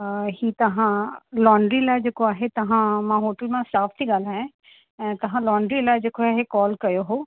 हा हीउ तव्हां लॉन्ड्री लाइ जेको आहे तव्हां मां होटल स्टाफ़ थी ॻाल्हायां ऐं तव्हां लॉन्ड्री लाइ जेको आहे कॉल कयो हो